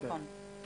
נכון.